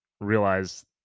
realize